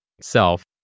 self